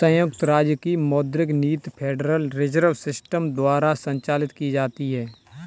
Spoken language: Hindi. संयुक्त राज्य की मौद्रिक नीति फेडरल रिजर्व सिस्टम द्वारा संचालित की जाती है